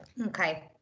Okay